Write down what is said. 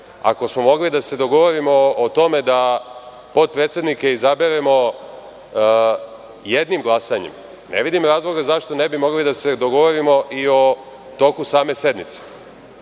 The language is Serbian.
ako smo mogli da se dogovorimo o tome da potpredsednike izaberemo jednim glasanjem, ne vidim razloga zašto ne bi mogli da se dogovorimo i o toku same sednice.